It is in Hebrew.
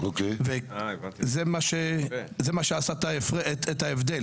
וזה מה שעשה את ההבדל.